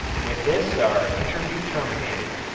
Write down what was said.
with this our interview terminated.